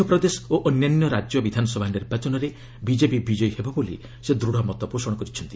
ମଧ୍ୟପ୍ରଦେଶ ଓ ଅନ୍ୟାନ୍ୟ ରାଜ୍ୟ ବିଧାନସଭା ନିର୍ବାଚନରେ ବିଜେପି ବିଜୟୀ ହେବ ବୋଲି ସେ ଦୃଢ଼ ମତପୋଷଣ କରିଛନ୍ତି